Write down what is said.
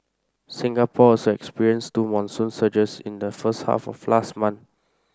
Singapore also experienced two monsoon surges in the first half of last month